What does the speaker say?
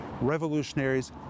revolutionaries